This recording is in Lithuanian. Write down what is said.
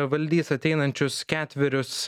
valdys ateinančius ketverius